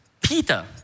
Peter